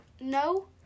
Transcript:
No